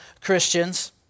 Christians